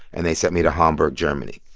and they sent me to hamburg, germany,